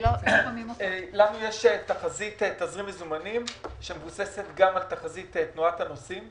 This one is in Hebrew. לנו יש תחזית תזרים מזומנים שמבוססת גם על תחזית תנועת הנוסעים.